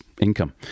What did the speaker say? income